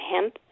hemp